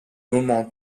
moment